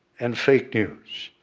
and fake news.